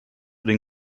den